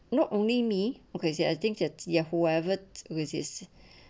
not only me okay say I think that's their whoever resists